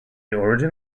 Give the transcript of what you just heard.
origin